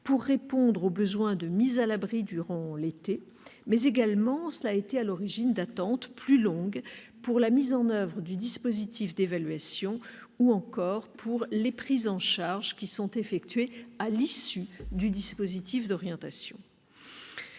pour répondre au besoin de mise à l'abri durant l'été ; il a également été à l'origine d'attentes plus longues pour la mise en oeuvre du dispositif d'évaluation, ou encore pour les prises en charge effectuées à l'issue du dispositif d'orientation.